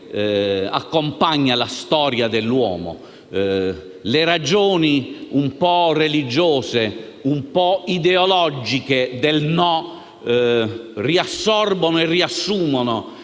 accompagna la storia dell'uomo. Le ragioni, un po' religiose e un po' ideologiche del "no" riassorbono e riassumono